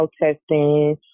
protesting